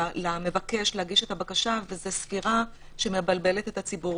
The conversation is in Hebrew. למבקש להגיש את הבקשה וזו ספירה שמבלבלת את הציבור,